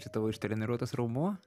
čia tavo ištreniruotas raumuo